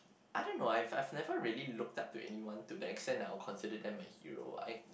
I don't know I've I've never really looked up to anyone to the extend I'll consider them my hero I